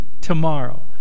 tomorrow